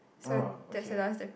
oh okay